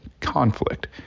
conflict